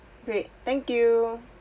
great thank you